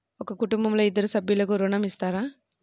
ఒక కుటుంబంలో ఇద్దరు సభ్యులకు ఋణం ఇస్తారా?